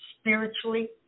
spiritually